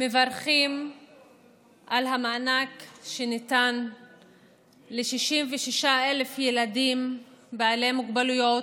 מברכים על המענק שניתן ל-66,000 ילדים בעלי מוגבלויות,